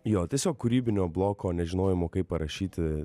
jo tiesiog kūrybinio bloko nežinojimo kaip parašyti